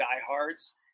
diehards